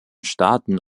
staaten